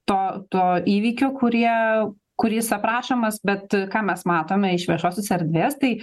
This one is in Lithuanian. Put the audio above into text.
to to įvykio kurie kuris aprašomas bet ką mes matome iš viešosios erdvės tai